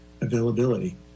availability